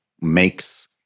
makes